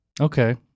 Okay